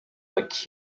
like